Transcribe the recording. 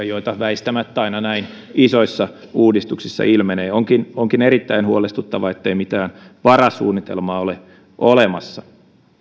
joita väistämättä aina näin isoissa uudistuksissa ilmenee onkin onkin erittäin huolestuttavaa ettei mitään varasuunnitelmaa ole olemassa